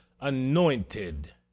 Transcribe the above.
anointed